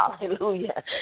hallelujah